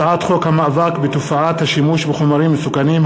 הצעת חוק המאבק בתופעת השימוש בחומרים מסוכנים,